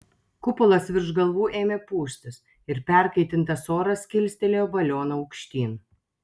kupolas virš galvų ėmė pūstis ir perkaitintas oras kilstelėjo balioną aukštyn